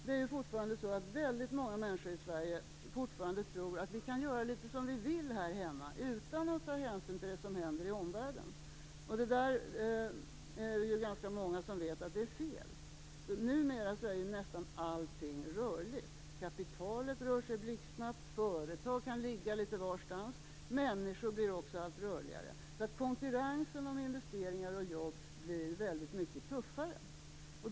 Det är fortfarande så att väldigt många människor i Sverige tror att vi kan göra litet som vi vill här hemma, utan att ta hänsyn till det som händer i omvärlden. Men det är också ganska många som vet att det är fel. Numera är ju nästan allting rörligt. Kapitalet rör sig blixtsnabbt. Företag kan ligga litet varstans. Människor blir också allt rörligare. Konkurrensen om investeringar och jobb blir väldigt mycket tuffare.